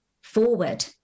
forward